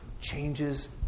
changes